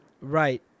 Right